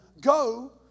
go